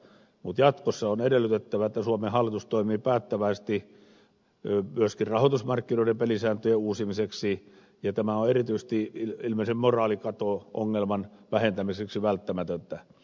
mutta jatkossa on edellytettävä että suomen hallitus toimii päättäväisesti myöskin rahoitusmarkkinoiden pelisääntöjen uusimiseksi ja tämä on erityisesti ilmeisen moraalikato ongelman vähentämiseksi välttämätöntä